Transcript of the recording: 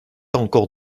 encore